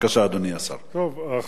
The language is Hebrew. אדוני השר, בבקשה.